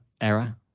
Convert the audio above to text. error